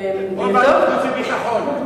או לוועדת חוץ וביטחון.